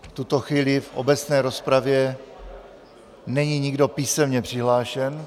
V tuto chvíli v obecné rozpravě není nikdo písemně přihlášen.